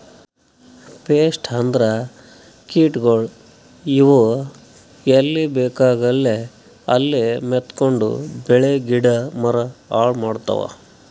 pest ಅಂದ್ರ ಕೀಟಗೋಳ್, ಇವ್ ಎಲ್ಲಿ ಬೇಕಾಗಲ್ಲ ಅಲ್ಲೇ ಮೆತ್ಕೊಂಡು ಬೆಳಿ ಗಿಡ ಮರ ಹಾಳ್ ಮಾಡ್ತಾವ್